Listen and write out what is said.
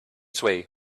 sway